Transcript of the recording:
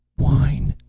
wine!